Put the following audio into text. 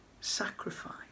sacrifice